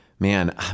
Man